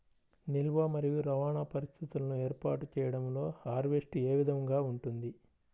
నిల్వ మరియు రవాణా పరిస్థితులను ఏర్పాటు చేయడంలో హార్వెస్ట్ ఏ విధముగా ఉంటుంది?